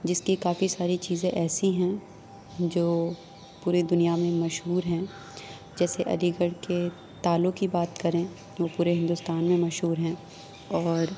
جس کی کافی ساری چیزیں ایسی ہیں جو پورے دنیا میں مشہور ہیں جیسے علی گڑھ کے تالوں کی بات کریں وہ پورے ہندوستان میں مشہور ہیں اور